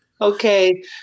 okay